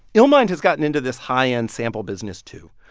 illmind has gotten into this high-end sample business, too.